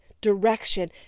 direction